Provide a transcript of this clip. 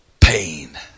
pain